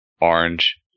orange